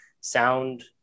sound